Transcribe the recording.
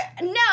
No